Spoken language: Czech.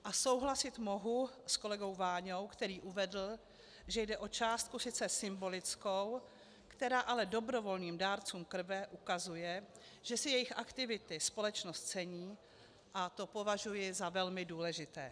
A souhlasit mohu s kolegou Váňou, který uvedl, že jde o částku sice symbolickou, která ale dobrovolným dárcům krve ukazuje, že si jejich aktivity společnost cení, a to považuji za velmi důležité.